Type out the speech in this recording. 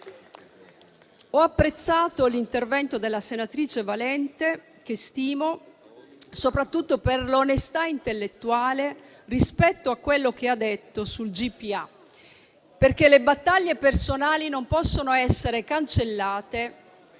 Ho apprezzato l'intervento della senatrice Valente, che stimo soprattutto per l'onestà intellettuale rispetto a quello che ha detto sulla GPA, perché le battaglie personali non possono essere cancellate